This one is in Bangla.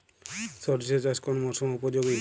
সরিষা চাষ কোন মরশুমে উপযোগী?